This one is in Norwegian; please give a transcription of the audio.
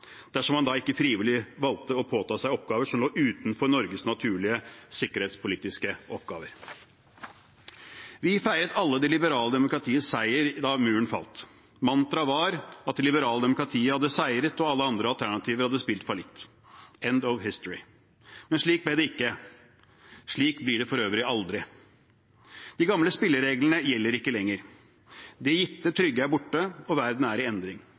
dersom man da ikke frivillig valgte å påta seg oppgaver som lå utenfor Norges naturlige sikkerhetspolitiske oppgaver. Vi feiret alle det liberale demokratiets seier da muren falt. Mantraet var at det liberale demokratiet hadde seiret, og alle andre alternativer hadde spilt fallitt – «end of history». Men slik ble det ikke. Slik blir det for øvrig aldri. De gamle spillereglene gjelder ikke lenger. Det gitte trygge er borte, og verden er i endring.